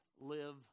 live